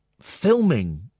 filming